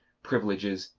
privileges,